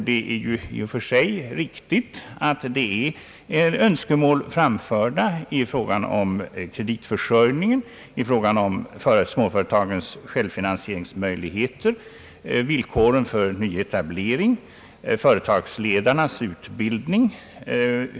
Det är ju i och för sig riktigt att det här gäller önskemål, som framförts i fråga om kreditförsörjningen, småföretagens självförsörjningsmöjligheter, villkoren för nyetablering, företagsledarnas utbildning.